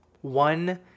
One